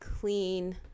clean